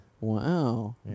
Wow